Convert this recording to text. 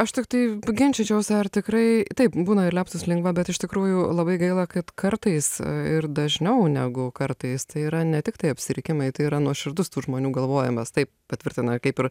aš tiktai ginčyčiausi ar tikrai taip būna ir lepsus lengva bet iš tikrųjų labai gaila kad kartais ir dažniau negu kartais tai yra ne tiktai apsirikimai tai yra nuoširdus tų žmonių galvojimas tai patvirtina kaip ir